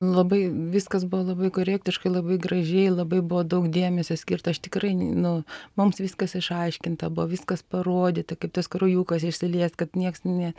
labai viskas buvo labai korektiškai labai gražiai labai buvo daug dėmesio skirta aš tikrai nu mums viskas išaiškinta buvo viskas parodyta kaip tas kraujukas išsiliejęs kad nieks ne